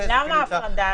זה --- למה ההפרדה הזאת?